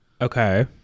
Okay